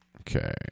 Okay